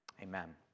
Amen